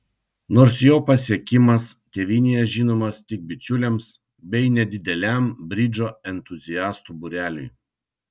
nors jo pasiekimas tėvynėje žinomas tik bičiuliams bei nedideliam bridžo entuziastų būreliui